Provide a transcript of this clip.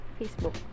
Facebook